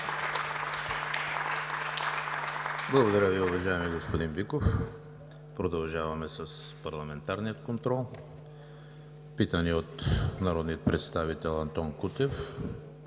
Благодаря Ви, уважаеми господин Биков. Продължаваме с парламентарния контрол. Питане от народния представител Антон Кутев